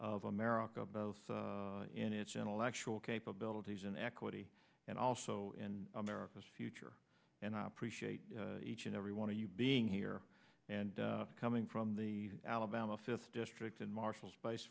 of america both in its intellectual capabilities in equity and also in america's future and i appreciate each and every one of you being here and coming from the alabama fifth district in marshall space